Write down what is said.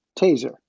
Taser